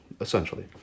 essentially